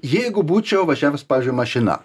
jeigu būčiau važiavęs pavyzdžiui mašina